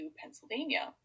Pennsylvania